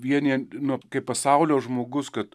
vienijant nu kai pasaulio žmogus kad